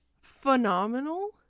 phenomenal